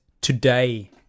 today